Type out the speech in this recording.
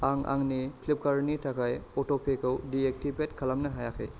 आं आंनि फ्लिपकार्टनि थाखाय अट'पेखौ दिएक्टिभेट खालामनो हायाखै